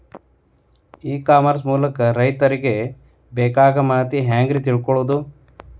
E commerce ಮೂಲಕ ರೈತರು ಅವರಿಗೆ ಬೇಕಾದ ಮಾಹಿತಿ ಹ್ಯಾಂಗ ರೇ ತಿಳ್ಕೊಳೋದು?